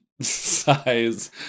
size